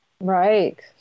Right